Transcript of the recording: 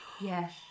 Yes